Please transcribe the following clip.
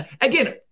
Again